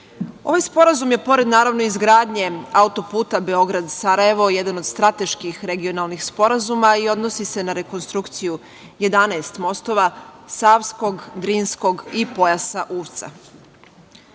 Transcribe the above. Sporazum je, pored, naravno, izgradnje auto-puta Beograd-Sarajevo, jedan od strateških regionalnih sporazuma i odnosi se na rekonstrukciju 11 mostova, savskog, drinskog i pojasa Uvca.